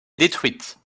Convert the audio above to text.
détruites